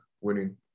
winning